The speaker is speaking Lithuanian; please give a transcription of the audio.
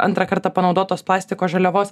antrą kartą panaudotos plastiko žaliavos